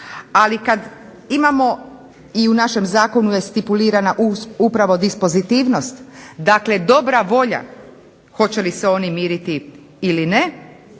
Ali kad imamo i u našem zakonu je stipulirana upravo dispozitivnost. Dakle, dobra volja hoće li se oni miriti ili ne.